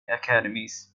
academies